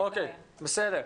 אוקיי, בסדר.